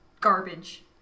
garbage